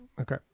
Okay